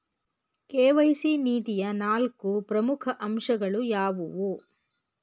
KYC ನೀತಿಯ ನಾಲ್ಕು ಪ್ರಮುಖ ಅಂಶಗಳು ಯಾವುವು?